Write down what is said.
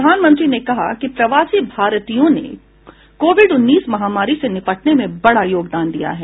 प्रधानमंत्री ने कहा कि प्रवासी भारतीयों ने कोविड उन्नीस महामारी से निपटने में बड़ा योगदान दिया है